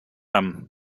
him